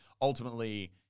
Ultimately